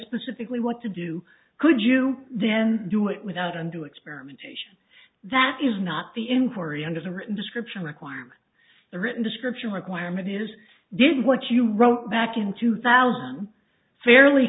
specifically what to do could you then do it without undue experimentation that is not the inquiry under the written description requirement the written description requirement is did what you wrote back in two thousand fairly